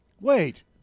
Wait